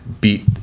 beat